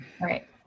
right